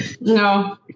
No